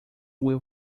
will